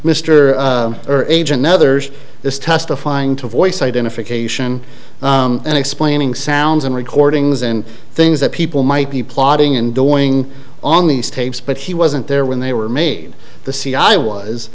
earle age another is testifying to voice identification and explaining sounds and recordings and things that people might be plotting and doing on these tapes but he wasn't there when they were made the c i was